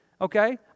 okay